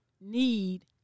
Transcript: need